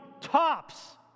tops